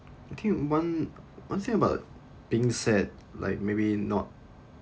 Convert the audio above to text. I think one one thing about being sad like maybe not